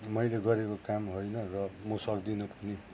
मैले गरेको काम होइन र म सक्दिनँ पनि